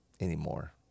anymore